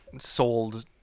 sold